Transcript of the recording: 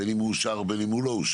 בין אם הוא אושר ובין אם הוא לא אושר,